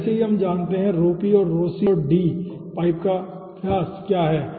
पहले से ही हम जानते हैं कि रॉ p और रॉ c और D पाइप व्यास क्या है